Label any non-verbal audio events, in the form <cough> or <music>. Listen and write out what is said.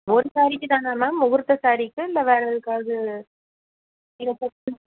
ஒரு சாரீக்கிதானா மேம் முகூர்த்த சாரீக்கா இல்லை வேறு எதற்காவது நீங்கள் <unintelligible>